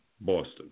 Boston